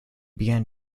began